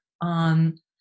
on